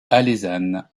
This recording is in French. alezane